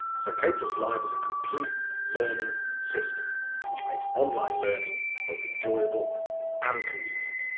so, k but live is a complete learning system which makes online learning both enjoyable and convenient.